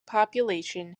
population